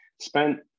spent